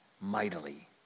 mightily